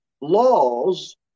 laws